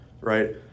Right